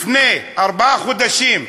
לפני ארבעה חודשים,